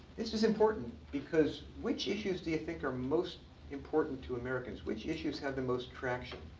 this is important, because which issues do you think are most important to americans? which issues have the most traction?